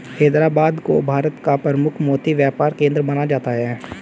हैदराबाद को भारत का प्रमुख मोती व्यापार केंद्र माना जाता है